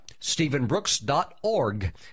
stephenbrooks.org